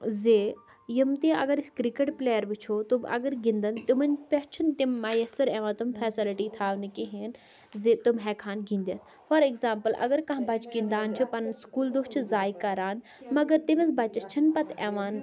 زِ یِم تہِ اگر أسۍ کِرکَٹ پٕلیر وٕچھو تم اگر گِنٛدَن تمَن پٮ۪ٹھ چھِنہٕ تِم مَیَثر یِوان تم فیسَلٹی تھاونہٕ کِہیٖنۍ زِ تِم ہٮ۪کہٕ ہَن گِنٛدِتھ فار ایٚگزامپٕل اگر کانٛہہ بَچہِ گِنٛدان چھِ پَنُن سکوٗل دۄہ چھِ زایہِ کَران مگر تٔمِس بَچَس چھِنہٕ پَتہٕ یِوان